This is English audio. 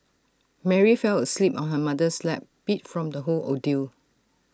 Mary fell asleep on her mother's lap beat from the whole ordeal